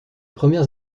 premières